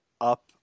up